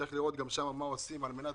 צריך לראות גם שם מה עושים על מנת